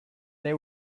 they